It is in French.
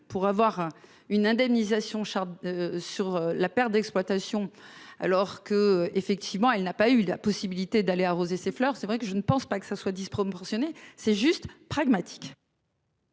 pour avoir une indemnisation charte sur la perte d'exploitation, alors que effectivement elle n'a pas eu la possibilité d'aller arroser ses fleurs. C'est vrai que je ne pense pas que ça soit disproportionnée c'est juste pragmatique.